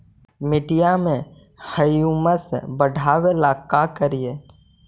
मिट्टियां में ह्यूमस बढ़ाबेला का करिए?